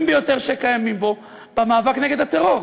ביותר שקיימים פה במאבק נגד הטרור,